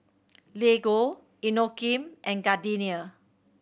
Lego Inokim and Gardenia